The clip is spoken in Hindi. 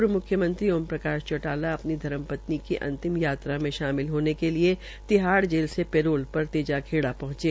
पूर्व मुख्य ओम प्रकाश चोटाला अपनी धर्मपत्नी के अंतिम यात्रा में शामिल होने के लिए तिहाइ जेल से पेरोल पर तेजाखेड़ा पहुंचे